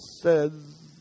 says